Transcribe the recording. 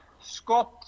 Scott